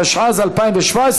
התשע"ז 2017,